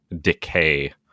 decay